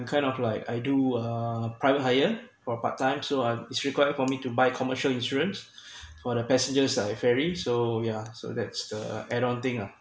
kind of like I do a private hire for part time so I is required for me to buy commercial insurance for the passengers I ferry so yeah so that's the add on thing ah